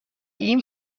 این